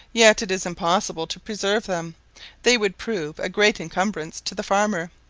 yet it is impossible to preserve them they would prove a great encumbrance to the farmer.